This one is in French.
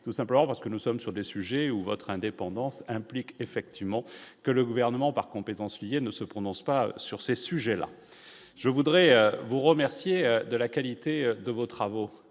tout simplement parce que nous sommes sur des sujets où votre indépendance implique effectivement que le gouvernement par compétences liées ne se prononce pas sur ces sujets-là, je voudrais vous remercier de la qualité de vos travaux